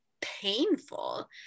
painful